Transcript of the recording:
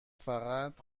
فقط